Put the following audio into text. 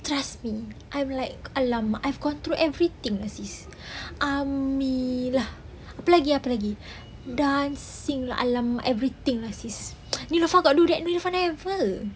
trust me I'm like !alamak! I've gone through everything lah sis amila apa lagi apa lagi dancing lah !alamak! everything lah sis neelofa got do that meh neelofa never